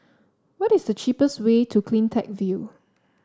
what is the cheapest way to CleanTech View